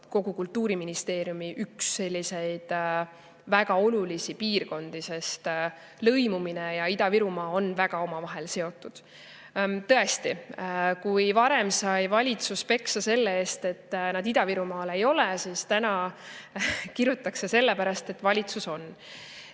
kogu Kultuuriministeeriumi jaoks üks selliseid väga olulisi piirkondi, sest lõimumine ja Ida-Virumaa on omavahel väga seotud. Tõesti, kui varem sai valitsus peksa selle eest, et nad Ida-Virumaal ei ole, siis täna kirutakse sellepärast, et valitsus on